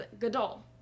gadol